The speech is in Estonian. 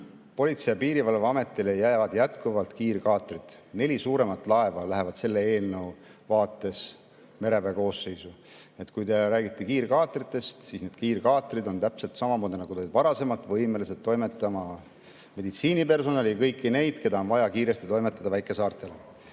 Politsei- ja Piirivalveametile jäävad kiirkaatrid, neli suuremat laeva lähevad selle eelnõu vaates mereväe koosseisu. Nii et kui te räägite kiirkaatritest, siis need kiirkaatrid on täpselt samamoodi nagu varasemalt võimelised toimetama meditsiinipersonali ja kõiki neid, keda on vaja kiiresti viia väikesaartele.